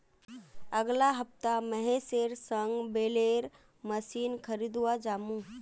अगला हफ्ता महेशेर संग बेलर मशीन खरीदवा जामु